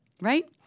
right